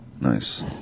Nice